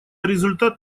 результат